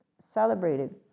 celebrated